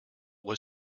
was